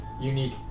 unique